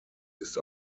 ist